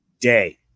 day